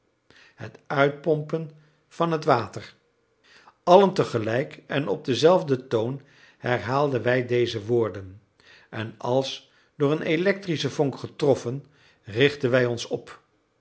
het uitpompen van het water allen tegelijk en op denzelfden toon herhaalden wij deze woorden en als door een electrische vonk getroffen richtten wij ons op